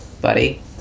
buddy